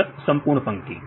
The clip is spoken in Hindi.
विद्यार्थी संपूर्ण पंक्ति